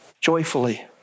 joyfully